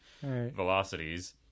velocities